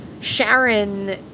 Sharon